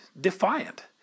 defiant